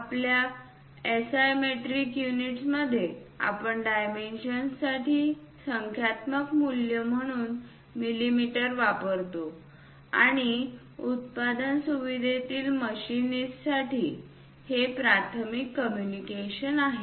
आपल्या SI metric युनिट्समध्ये आपण डायमेन्शनसाठी संख्यात्मक मूल्य म्हणून मिमी वापरतो आणि उत्पादन सुविधेतील मशिनिस्ट साठी हे प्राथमिक कम्युनिकेशन आहे